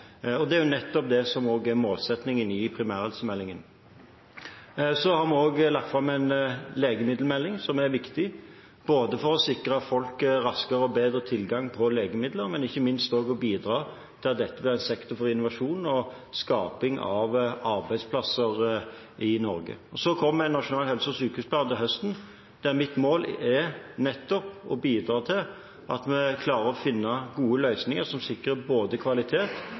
Det er nettopp det som også er målsettingen i primærhelsemeldingen. Vi har også lagt fram en legemiddelmelding som er viktig for å sikre folk raskere og bedre tilgang på legemidler, men også å bidra til at dette blir en sektor for innovasjon og for arbeidsplasser i Norge. Så kommer nasjonal helse- og sykehusplan til høsten. Det er mitt mål å bidra til at vi klarer å finne gode løsninger som sikrer både kvalitet